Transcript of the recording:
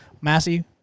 Massey